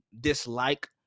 dislike